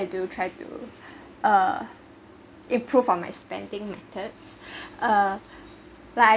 uh I feel like I do try to uh improve on my spending methods uh like